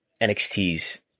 NXT's